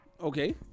Okay